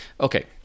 Okay